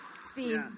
Steve